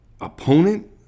opponent